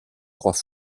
trois